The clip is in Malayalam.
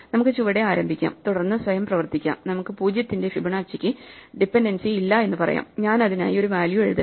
നമുക്ക് ചുവടെ ആരംഭിക്കാം തുടർന്ന് സ്വയം പ്രവർത്തിക്കാം നമുക്ക് 0 ന്റെ ഫിബൊനാച്ചിക്ക് ഡിപെൻഡൻസി ഇല്ല എന്ന് പറയാം ഞാൻ അതിനായി ഒരു വാല്യൂ എഴുതട്ടെ